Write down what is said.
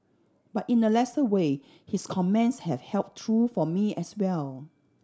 but in a lesser way his comments have held true for me as well